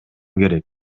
керек